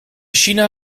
china